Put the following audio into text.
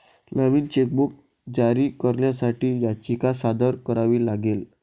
नवीन chequebook जारी करण्यासाठी याचिका सादर करावी लागेल